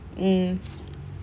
mm